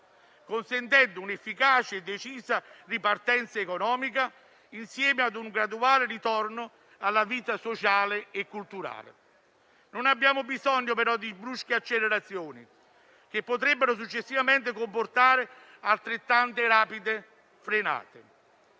consentendo un'efficace e decisa ripartenza economica insieme a un graduale ritorno alla vita sociale e culturale. Non abbiamo bisogno però di brusche accelerazioni, che potrebbero successivamente comportare altrettante rapide frenate.